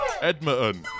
Edmonton